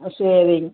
ஆ சரிங்